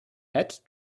add